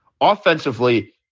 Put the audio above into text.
Offensively